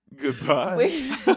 Goodbye